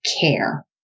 care